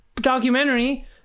documentary